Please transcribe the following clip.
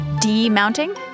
D-mounting